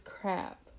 crap